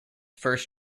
first